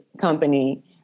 company